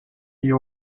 you